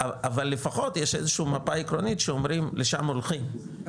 אבל לפחות יש איזושהי מפה עקרונית שאומרים לשם הולכים,